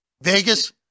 vegas